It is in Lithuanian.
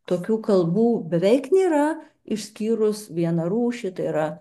tokių kalbų beveik nėra išskyrus vieną rūšį tai yra